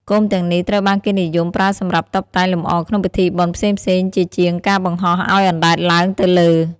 គោមទាំងនេះត្រូវបានគេនិយមប្រើសម្រាប់តុបតែងលម្អក្នុងពិធីបុណ្យផ្សេងៗជាជាងការបង្ហោះឲ្យអណ្តែតឡើងទៅលើ។